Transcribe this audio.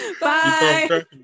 Bye